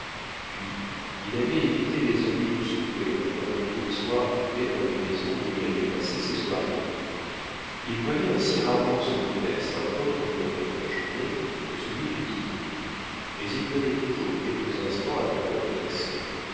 puis il avait évité les ennuis du souper en prenant tous les soirs du thé dans les maisons où il allait passer ses soirées il voyait ainsi rarement son hôtesse à un autre moment de la journée que celui du dîner mais il venait toujours quelques instants avant l'heure fixée